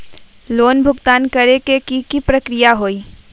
Loan भुगतान करे के की की प्रक्रिया होई?